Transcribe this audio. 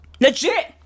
Legit